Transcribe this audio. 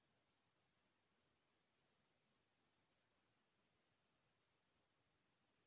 राहेर के खेती बर प्रति हेक्टेयर कतका कन रसायन अउ बीज के जरूरत पड़ही?